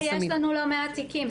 ובזה יש לנו לא מעט תיקים,